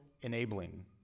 enabling